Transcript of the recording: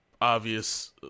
obvious